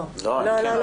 לא.